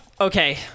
Okay